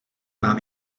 mám